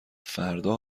فردا